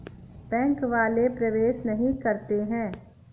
Bank वाले प्रवेश नहीं करते हैं?